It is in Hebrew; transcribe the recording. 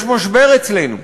יש משבר אצלנו,